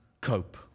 cope